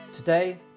Today